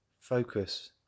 Focus